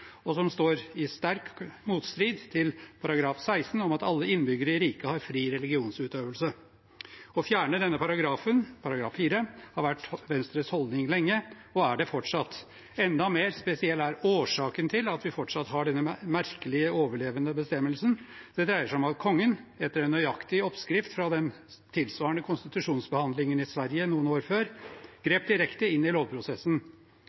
og som står i sterk motstrid til § 16 om at alle innbyggere i riket «har fri religionsutøvelse». Å fjerne denne paragrafen, § 4, har vært Venstres holdning lenge, og er det fortsatt. Enda mer spesiell er årsaken til at vi fortsatt har denne merkelige overlevende bestemmelsen. Det dreier seg om at Kongen, etter en nøyaktig oppskrift fra den tilsvarende konstitusjonsbehandlingen i Sverige noen år før, grep direkte inn i lovprosessen.